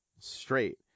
Straight